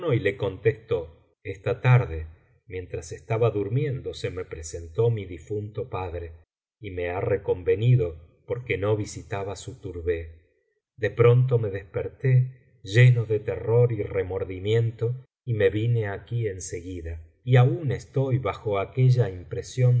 y le contestó esta tarde mientras estaba durmiendo se me presentó mi difunto padre y me ha reconvenido porque no visitaba su tourbék de pronto me desperté lleno de terror y remordimiento y me vine aquí en seguida y aún estoy bajo aquella impresión